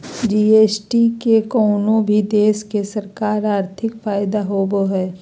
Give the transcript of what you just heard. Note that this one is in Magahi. जी.एस.टी से कउनो भी देश के सरकार के आर्थिक फायदा होबो हय